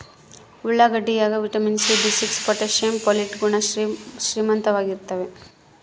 ಉಳ್ಳಾಗಡ್ಡಿ ಯಾಗ vitamin C B six potassium folate ಗುಣ ಶ್ರೀಮಂತವಾಗಿರ್ತಾವ